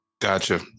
Gotcha